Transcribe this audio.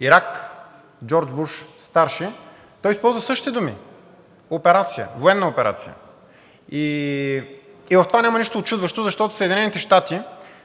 Ирак, Джордж Буш-старши, той използва същите думи – „операция“, „военна операция“. В това няма нищо учудващо, защото САЩ